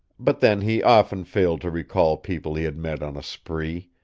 but then he often failed to recall people he had met on a spree,